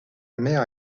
mère